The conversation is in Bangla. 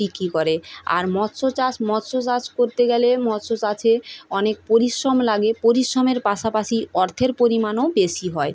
বিক্রি করে আর মৎস্য চাষ মৎস্য চাষ করতে গেলে মৎস্য চাষে অনেক পরিশ্রম লাগে পরিশ্রমের পাশাপাশি অর্থের পরিমাণও বেশি হয়